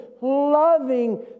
loving